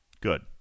Good